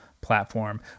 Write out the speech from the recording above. platform